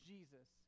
Jesus